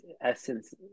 essence